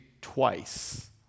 twice